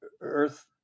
earth